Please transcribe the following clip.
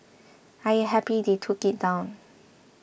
I am happy they took it down